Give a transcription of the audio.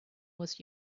was